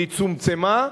והיא צומצמה,